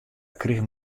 krigen